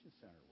center